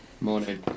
Morning